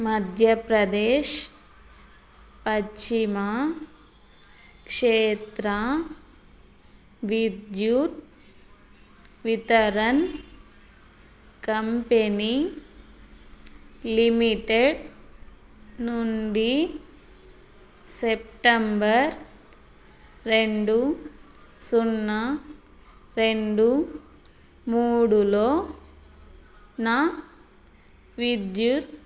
Madhya Pradesh Paschim Kshetra Vidyut Vitaran company limited నుండి September రెండు సున్నా రెండు మూడులో నా విద్యుత్